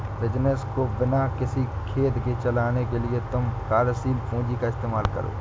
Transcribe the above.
business को बिना किसी खेद के चलाने के लिए तुम कार्यशील पूंजी का इस्तेमाल करो